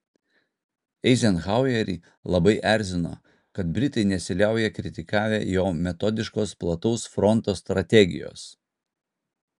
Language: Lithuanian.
eizenhauerį labai erzino kad britai nesiliauja kritikavę jo metodiškos plataus fronto strategijos